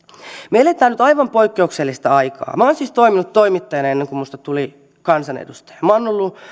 me elämme nyt aivan poikkeuksellista aikaa minä olen siis toiminut toimittajana ennen kuin minusta tuli kansanedustaja olen ollut